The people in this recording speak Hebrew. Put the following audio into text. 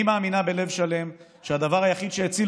אני מאמינה בלב שלם שהדבר היחיד שהציל